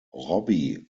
robbie